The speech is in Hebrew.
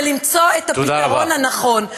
זה למצוא את הפתרון הנכון.